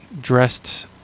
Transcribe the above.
dressed